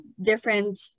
different